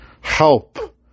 help